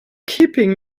keeping